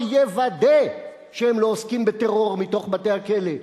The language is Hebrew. יוודא שהם לא עוסקים בטרור מתוך בתי-הכלא.